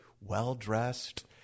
well-dressed